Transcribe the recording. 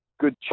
good